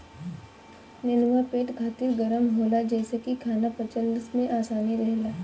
नेनुआ पेट खातिर गरम होला जेसे की खाना पचला में आसानी रहेला